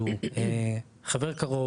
שהוא חבר קרוב,